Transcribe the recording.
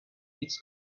its